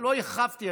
לא הרחבתי,